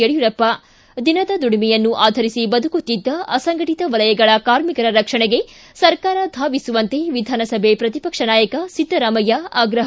ಯಡಿಯೂರಪ್ಪ ಿ ದಿನದ ದುಡಿಮೆಯನ್ನು ಆಧರಿಸಿ ಬದುಕುತ್ತಿದ್ದ ಅಸಂಘಟಿತ ವಲಯಗಳ ಕಾರ್ಮಿಕರ ರಕ್ಷಣೆಗೆ ಸರ್ಕಾರ ಧಾವಿಸುವಂತೆ ವಿಧಾನಸಭೆ ಪ್ರತಿಪಕ್ಷ ನಾಯಕ ಸಿದ್ದರಾಮಯ್ಯ ಆಗ್ರಹ